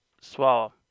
swallow